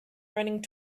running